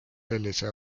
sellise